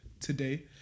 today